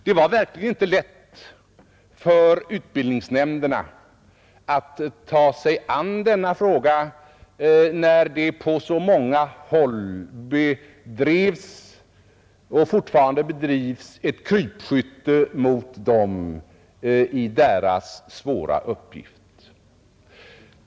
Det var verkligen inte lätt för utbildningsnämnderna att ta sig an denna fråga när det på så många håll bedrevs — och fortfarande bedrivs — ett krypskytte mot dem när det gäller deras svåra uppgift.